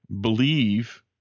Believe